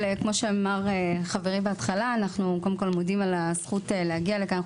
כמו שאמר חברי בהתחלה אנחנו מודים על הזכות להגיע לכאן.